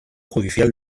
judicial